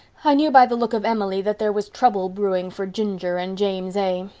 i knew by the look of emily that there was trouble brewing for ginger and james a.